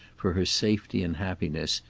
for her safety and happiness,